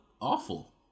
awful